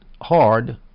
hard